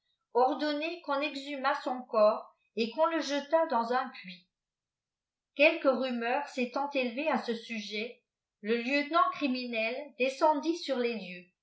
ordonner qu'on exhumât son corps et qu'on le jetât dans un puits quelques rumeurs s'étant élevées à ce sujet le lieutenant criminel descendit sur les lieux